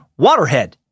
Waterhead